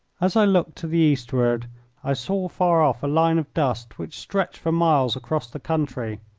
as i looked to the eastward i saw afar off a line of dust which stretched for miles across the country.